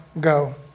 go